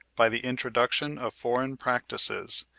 by the introduction of foreign practices,